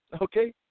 okay